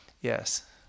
Yes